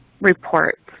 reports